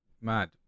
mad